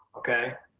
okay,